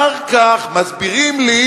אחר כך מסבירים לי: